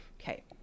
Okay